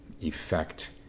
effect